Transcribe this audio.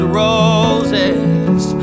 roses